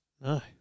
No